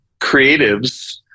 creatives